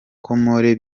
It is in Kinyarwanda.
comores